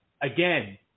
again